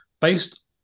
based